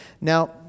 Now